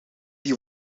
die